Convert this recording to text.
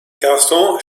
gaston